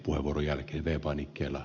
arvoisa herra puhemies